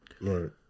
Right